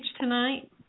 tonight